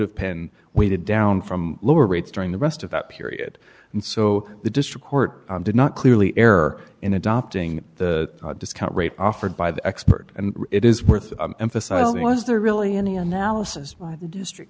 have been weighted down from lower rates during the rest of that period and so the district court did not clearly err in adopting the discount rate offered by the expert and it is worth emphasizing was there really any analysis by the district